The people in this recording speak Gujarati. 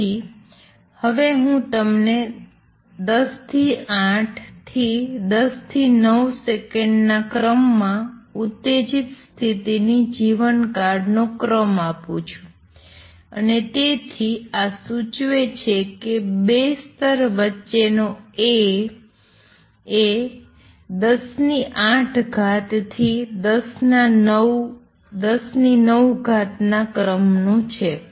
તેથી હવે હું તમને ૧૦ ૮ થી ૧૦ ૯ સેકન્ડના ક્રમમાં ઉત્તેજિત સ્થિતિની જીવનકાળનો ક્રમ આપું છું અને તેથી આ સૂચવે છે કે ૨ સ્તર વચ્ચેનો A એ 108 થી 109 ના ક્રમનો છે